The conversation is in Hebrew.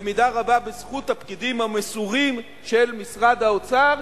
במידה רבה בזכות הפקידים המסורים של משרד האוצר.